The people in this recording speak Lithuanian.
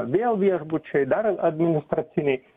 vėl viešbučiai dar administraciniai